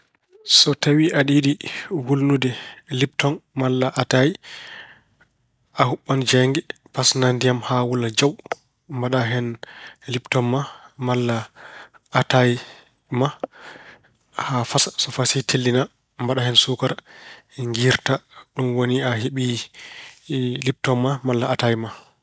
So tawi aɗa yiɗi wulnude liptoŋ malla ataaye, a huɓɓan jeynge. Pasnaa ndiyam haa wula jaw mbaɗa hen liptoŋ ma malla ataaye ma haa fasa. So fasii, tellinaa, mbaɗaa hen suukara, ngiirta. Ɗum woni a heɓii liptoŋ ma malla ataaye ma.